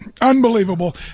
Unbelievable